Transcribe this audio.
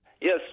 Yes